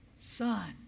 Son